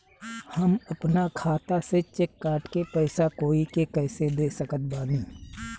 हम अपना खाता से चेक काट के पैसा कोई के कैसे दे सकत बानी?